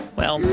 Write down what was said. well,